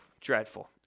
dreadful